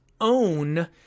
own